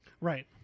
Right